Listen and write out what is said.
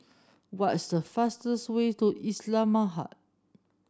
what is the fastest way to Islamabad